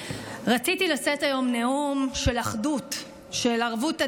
רציתי לשאת היום נאום של אחדות, של ערבות הדדית,